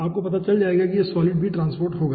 आपको पता चल जाएगा कि यह सॉलिड भी ट्रांसपोर्ट होगा